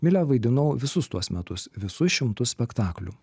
milę vaidinau visus tuos metus visus šimtus spektaklių